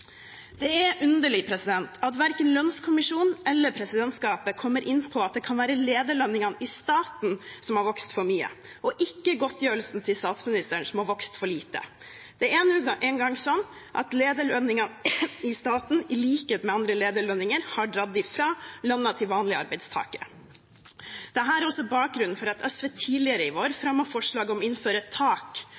Det er underlig at verken lønnskommisjonen eller presidentskapet kommer inn på at det kan være lederlønningene i staten som har vokst for mye, og ikke godtgjørelsen til statsministeren som har vokst for lite. Det er nå engang slik at lederlønningene i staten, i likhet med andre lederlønninger, har dratt ifra lønnen til vanlige arbeidstakere. Dette er også bakgrunnen for at SV tidligere i vår fremmet forslag om å innføre et tak,